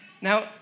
now